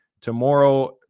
tomorrow